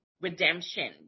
redemption